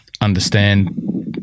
understand